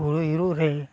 ᱦᱩᱲᱩ ᱤᱨᱚᱜ ᱨᱮ